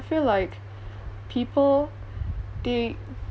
and I feel like people they